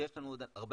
שיש לנו עוד הרבה